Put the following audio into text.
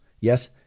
yes